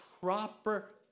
proper